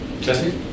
Jesse